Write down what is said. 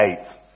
eight